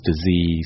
disease